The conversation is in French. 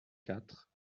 quatre